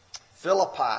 Philippi